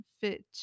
fit